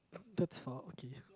that's far okay